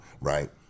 right